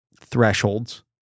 thresholds